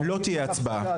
לא תהיה הצבעה.